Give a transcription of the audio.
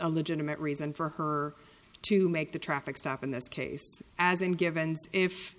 a legitimate reason for her to make the traffic stop in this case as and given if